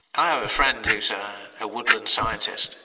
i have a friend who's ah a woodland scientist.